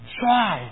try